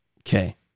Okay